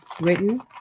written